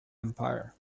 empire